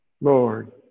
Lord